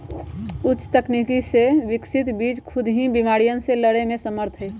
उच्च तकनीक से विकसित बीज खुद ही बिमारियन से लड़े में समर्थ हई